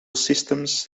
systems